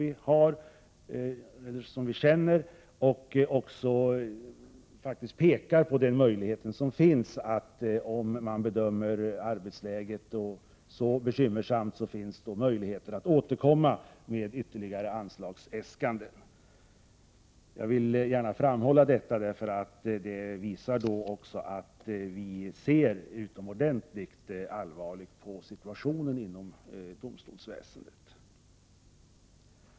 Utskottsmajoriteten pekar också på att det finns möjligheter att återkomma med ytterligare anslagsäskanden om arbetsläget skulle bedömas vara bekymmersamt. Jag vill gärna framhålla detta, eftersom det visar att utskottsmajoriteten ser utomordentligt allvarligt på situationen inom domstolsväsendet.